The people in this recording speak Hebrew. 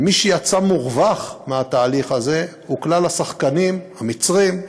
ומי שיצאו מורווחים מהתהליך הזה הם כלל השחקנים: המצרים,